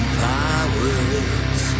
powers